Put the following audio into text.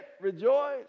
Rejoice